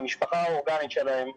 המשפחה האורגנית שלהם,